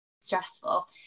stressful